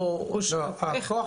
איך?